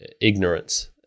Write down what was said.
ignorance